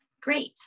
Great